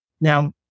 Now